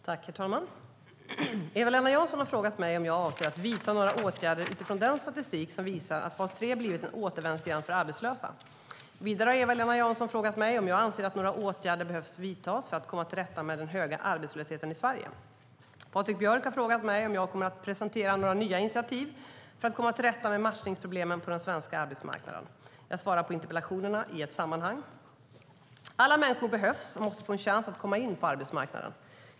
Herr talman! Eva-Lena Jansson har frågat mig om jag avser att vidta några åtgärder utifrån den statistik som visar att fas 3 blivit en återvändsgränd för arbetslösa. Vidare har Eva-Lena Jansson frågat mig om jag anser att några åtgärder behöver vidtas för att komma till rätta med den höga arbetslösheten i Sverige. Patrik Björck har frågat mig om jag kommer att presentera några nya initiativ för att komma till rätta med matchningsproblemen på den svenska arbetsmarknaden. Jag svarar på interpellationerna i ett sammanhang. Alla människor behövs och måste få en chans att komma in på arbetsmarknaden.